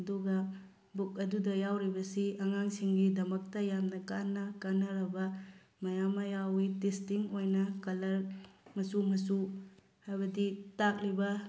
ꯑꯗꯨꯒ ꯕꯨꯛ ꯑꯗꯨꯗ ꯌꯥꯎꯔꯤꯕꯁꯤ ꯑꯉꯥꯡꯒꯤꯗꯃꯛꯇ ꯌꯥꯝꯅ ꯀꯥꯟꯅ ꯀꯥꯟꯅꯔꯕ ꯃꯌꯥꯝ ꯑꯃ ꯌꯥꯎꯋꯤ ꯗꯤꯁꯇꯤꯡ ꯑꯣꯏꯅ ꯀꯂꯔ ꯃꯆꯨ ꯃꯆꯨ ꯍꯥꯏꯕꯗꯤ ꯇꯥꯛꯂꯤꯕ